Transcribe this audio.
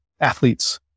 athletes